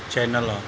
channel ਆ